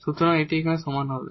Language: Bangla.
সুতরাং এটি এখানে সমান হবে